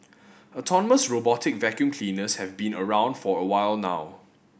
autonomous robotic vacuum cleaners have been around for a while now